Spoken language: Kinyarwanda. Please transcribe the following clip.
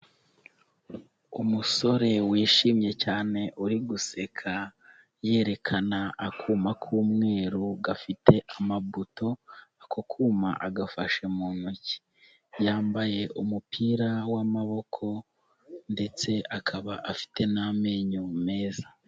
Umusore wishimye cyane uri guseka yerekana akuma k'umweru gafite amabuto. Ako kuma agafashe mu ntoki, yambaye umupira w'amaboko ndetse akaba afite n'amenyo meza.